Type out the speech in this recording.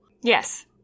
Yes